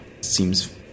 seems